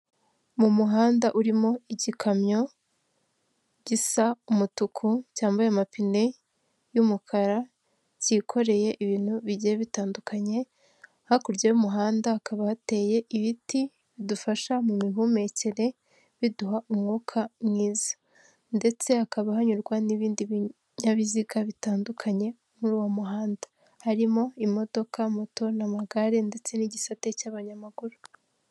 Mu muhanda urimo igikamyo gisa umutuku, cyambaye amapine y'umukara, cyikoreye ibintu bigiye bitandukanye hakurya y'umuhanda hakaba hateye ibiti bidufasha mu mihumekere, biduha umwuka mwiza ndetse hakaba hanyurwa n'ibindi binyabiziga bitandukanye, muri uwo muhanda harimo imodoka, moto n'amagare ndetse n'igisate cy'abanyamaguru.